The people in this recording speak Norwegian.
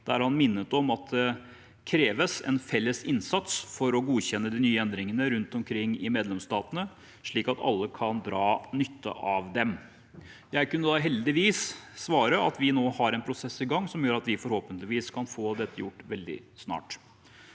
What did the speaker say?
der han minnet om at det kreves en felles innsats for å godkjenne de nye endringene rundt omkring i medlemsstatene, slik at alle kan dra nytte av dem. Jeg kunne heldigvis svare ham at vi nå har en prosess i gang som gjør at vi forhåpentligvis kan få dette gjort veldig snart.